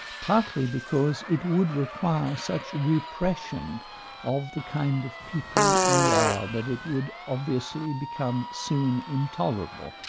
partly because it would require such repression of the kind of people we are that it would obviously, become soon intolerable.